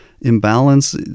imbalance